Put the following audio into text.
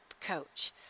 coach